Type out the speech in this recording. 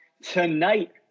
tonight